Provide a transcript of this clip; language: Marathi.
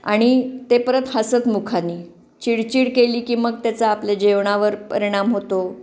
आणि ते परत हसतमुखाने चिडचिड केली की मग त्याचा आपल्या जेवणावर परिणाम होतो